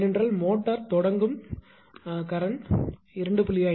ஏனென்றால் மோட்டார் தொடங்கும் கரண்ட் 2